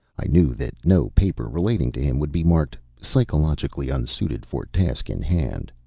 i knew that no paper relating to him would be marked, psychologically unsuited for task in hand.